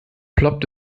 ploppt